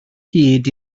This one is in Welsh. hyd